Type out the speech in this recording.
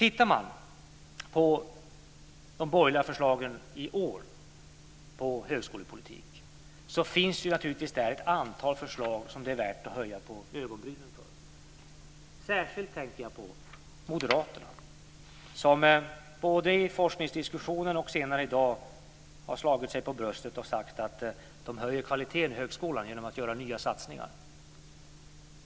Bland de borgerliga förslagen till högskolepolitik finns i år ett antal förslag som det är värt att höja på ögonbrynen för. Särskilt tänker jag på moderaterna, som både i forskningsdiskussionen och senare i dag har slagit sig för bröstet och sagt att de höjer kvaliteten i högskolan genom att göra nya satsningar.